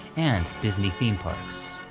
and disney theme parks.